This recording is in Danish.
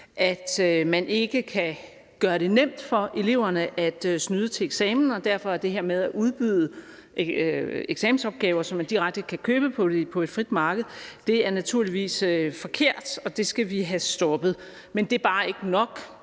at man ikke kan gøre det nemt for eleverne at snyde til eksamen, og derfor synes vi naturligvis, at det her med at udbyde eksamensopgaver, som man direkte kan købe på et frit marked, er forkert, og at det er noget, vi skal have stoppet. Men det er bare ikke nok